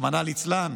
רחמנא ליצלן,